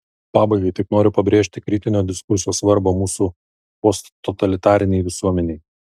pabaigai tik noriu pabrėžti kritinio diskurso svarbą mūsų posttotalitarinei visuomenei